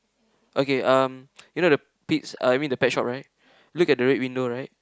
okay um you know the Pete's I mean the pet shop right look at the red window right